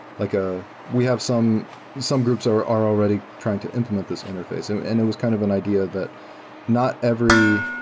like ah we have some some are are already trying to implement this interface, um and it was kind of an idea that not every